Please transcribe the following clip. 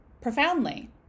profoundly